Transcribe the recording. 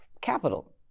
capital